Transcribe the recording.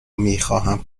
میخواهم